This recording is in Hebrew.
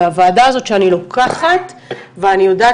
מהוועדה הזאת שאני לוקחת ואני יודעת,